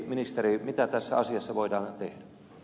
ministeri mitä tässä asiassa voidaan tehdä